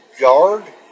guard